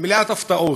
ומלאת הפתעות.